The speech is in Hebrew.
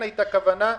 כן הייתה כוונה.